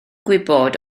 gwybod